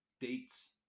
dates